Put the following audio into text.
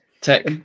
Tech